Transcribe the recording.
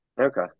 Okay